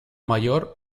mayor